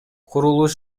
курулуш